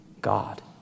God